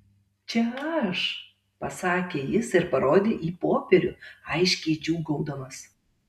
čia aš pasakė jis ir parodė į popierių aiškiai džiūgaudamas